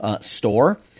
store